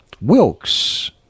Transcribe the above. Wilkes